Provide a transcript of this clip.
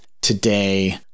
today